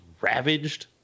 ravaged